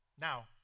Now